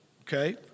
Okay